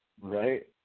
Right